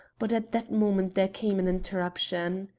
but at that moment there came an interruption.